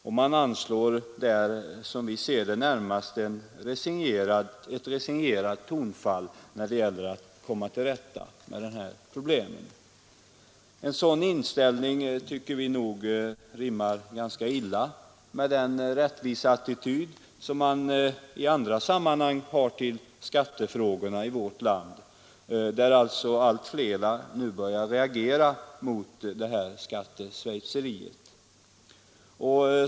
Utskottet anslår i betänkandet närmast ett resignerat tonfall när det gäller att komma till rätta med dessa problem. En sådan inställning tycker vi rimmar ganska illa med den vilja till rättvisa som man i andra sammanhang vill hävda i skattefrågorna i vårt land, där allt flera nu börjar reagera mot ”skatteschweizeriet”.